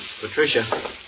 Patricia